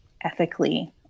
ethically